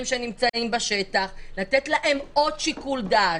שנמצאים בשטח לתת להם עוד שיקול דעת,